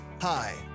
Hi